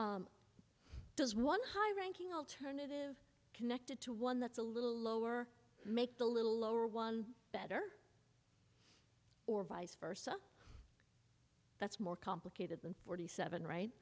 does one high ranking alternative connected to one that's a little lower make the little lower one better or vice versa that's more complicated than forty seven right